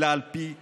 אלא על פי המהות,